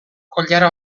koilara